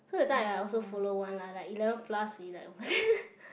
so that time I I also follow one like eleven plus we like